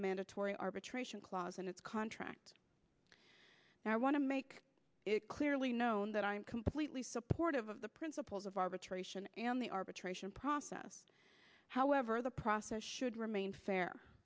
a mandatory arbitration clause in its contract and i want to make it clearly known that i am completely supportive of the principals of arbitration and the arbitration process however the process should remain fair